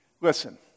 Listen